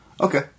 Okay